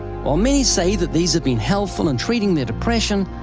while many say that these have been helpful in treating their depression,